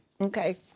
Okay